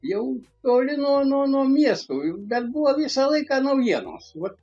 jau toli nuo nuo nuo miesto bet buvo visą laiką naujienos vat